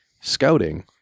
scouting